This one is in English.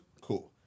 cool